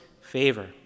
favor